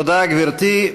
תודה, גברתי.